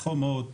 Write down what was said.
חומות,